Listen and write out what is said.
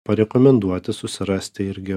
parekomenduoti susirasti irgi